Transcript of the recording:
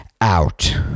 out